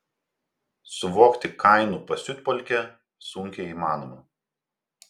suvokti kainų pasiutpolkę sunkiai įmanoma